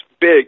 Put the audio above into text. big